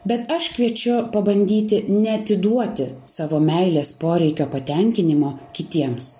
bet aš kviečiu pabandyti neatiduoti savo meilės poreikio patenkinimo kitiems